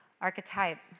archetype